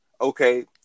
okay